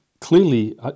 Clearly